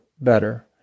better